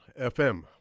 FM